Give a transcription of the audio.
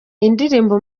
indirimbo